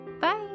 Bye